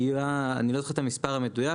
אני לא זוכר את המספר המדויק,